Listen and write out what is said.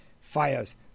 fires